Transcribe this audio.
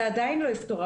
זה עדיין לא יפתור,